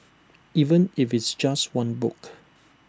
even if it's just one book